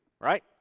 right